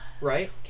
Right